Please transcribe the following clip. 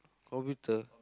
computer